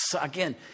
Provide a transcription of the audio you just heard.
again